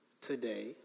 today